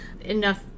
Enough